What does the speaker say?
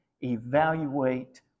evaluate